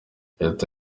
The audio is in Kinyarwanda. leta